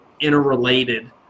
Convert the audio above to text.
interrelated